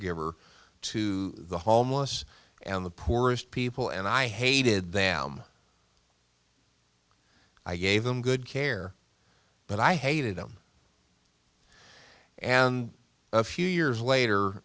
giver to the homeless and the poorest people and i hated them i gave them good care but i hated them and a few years later